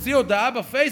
מוציא הודעה בפייסבוק,